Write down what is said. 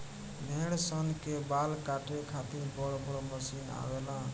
भेड़ी सन के बाल काटे खातिर बड़ बड़ मशीन आवेला